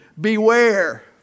beware